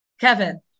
Kevin